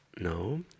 No